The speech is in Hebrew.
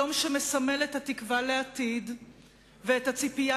היום שמסמל את התקווה לעתיד ואת הציפייה